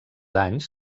anys